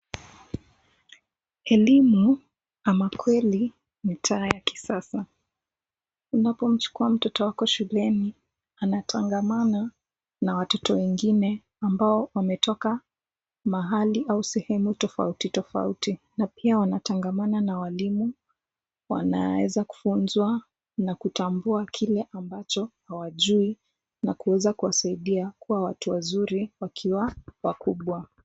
Elimu, ama kweli ni taa ya kisasa. Unapomchukua mtoto wako shuleni, anatangamana na watoto wengine ambao wametoka mahali au sehemu tofauti tofauti na pia wanatangamana na walimu. Wanaweza kufunzwa na kutambua kile ambacho hawajui na kuweza kuwasaidia kuwa watu wazuri wakiwa wakubwa.